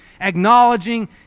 acknowledging